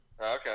Okay